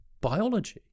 biology